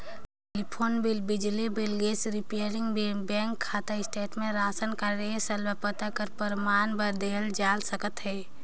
telephone bill, बिजली bill, gas refilling bill, bank खाता statement, ration card ए सब ल पता कर परमान बर देहल जाए सकत अहे